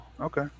Okay